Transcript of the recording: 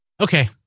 Okay